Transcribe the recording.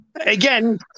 Again